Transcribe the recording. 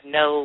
no